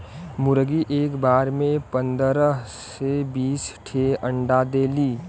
मुरगी एक बार में पन्दरह से बीस ठे अंडा देली